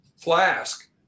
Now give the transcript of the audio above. flask